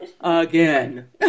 Again